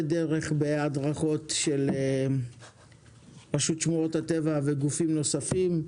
דרך בהדרכות של רשות שמורות הטבע וגופים נוספים.